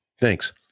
Thanks